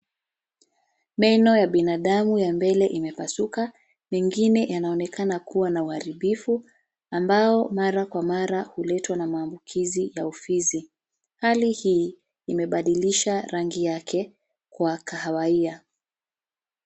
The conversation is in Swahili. Meno ya binadamu ya mbele imepasuka, ingine yanaonekana kuwa na uharibifu, ambao mara kwa mara huletwa na maambukizi ya ufizi. Hali hii imebadilisha rangi yake kuwa kahawia.